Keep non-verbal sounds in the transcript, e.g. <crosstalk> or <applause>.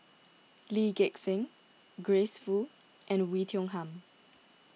<noise> Lee Gek Seng Grace Fu and Oei Tiong Ham